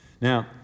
Now